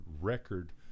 record